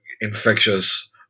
infectious